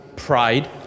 pride